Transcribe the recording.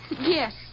Yes